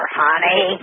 honey